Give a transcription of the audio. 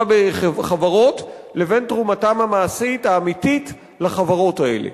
בחברות לבין תרומתם המעשית האמיתית לחברות האלה.